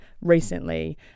recently